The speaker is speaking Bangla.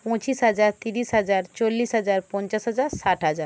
পঁচিশ হাজার তিরিশ হাজার চল্লিশ হাজার পঞ্চাশ হাজার ষাট হাজার